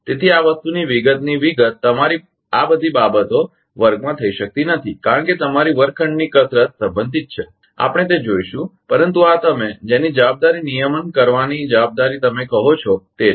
તેથી આ વસ્તુની વિગતની વિગત તમારી આ બધી બાબતો વર્ગમાં થઈ શકતી નથી કારણ કે તમારી વર્ગખંડની કસરત સંબંધિત છે આપણે તે જોઇશું પરંતુ આ તમે જેની જવાબદારી નિયમન કરવાની જવાબદારી તમે કહો છો તે છે